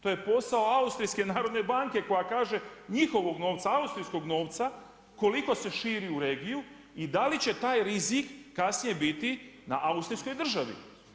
To je posao Austrijske narodne banke, koja kaže, njihovog novca, austrijskog novca, koliko se širi u regiju, i da li će taj rizik kasnije biti na austrijskoj državi.